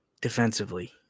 defensively